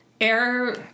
air